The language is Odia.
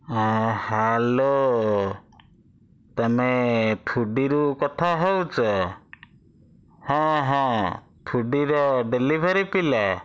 ହଁ ହ୍ୟାଲୋ ତୁମେ ଫୁଡ଼ିରୁ କଥା ହେଉଛ ହଁ ହଁ ଫୁଡ଼ିର ଡ଼େଲିଭରି ପିଲା